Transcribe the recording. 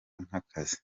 nk’akazi